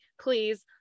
please